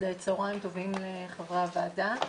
צוהריים טובים לחברי הוועדה,